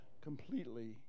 completely